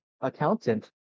accountant